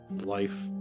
life